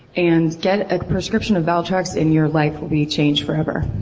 and get a prescription of valtrex, and your life will be changed forever.